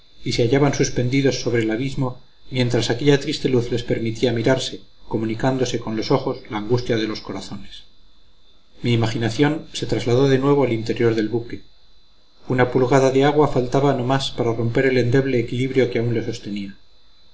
se hallaban suspendidos sobre el abismo mientras aquella triste luz les permitía mirarse comunicándose con los ojos la angustia de los corazones mi imaginación se trasladó de nuevo al interior del buque una pulgada de agua faltaba no más para romper el endeble equilibrio que aún le sostenía